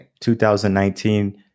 2019